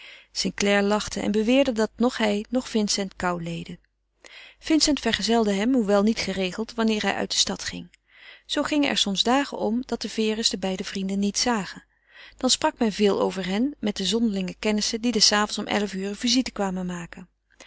clare lachte en beweerde dat noch hij noch vincent kou leden vincent vergezelde hem hoewel niet geregeld wanneer hij uit de stad ging zoo gingen er soms dagen om dat de vere's de beide vrienden niet zagen dan sprak men veel over hen met de zonderlinge kennissen die des avonds om elf uur een visite kwamen maken